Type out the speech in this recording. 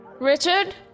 Richard